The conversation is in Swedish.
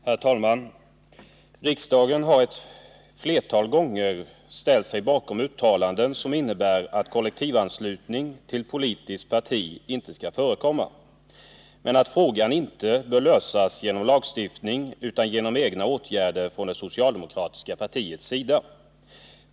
Herr talman! Riksdagen har ett flertal gånger ställt sig bakom uttalanden som innebär att kollektivanslutning till politiskt parti inte skall förekomma men att frågan inte bör lösas genom lagstiftning utan genom egna åtgärder från det socialdemokratiska partiets sida.